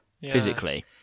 physically